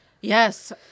yes